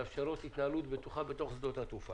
מאפשרות התנהלות בטוחה בתוך שדות התעופה.